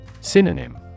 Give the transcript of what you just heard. Synonym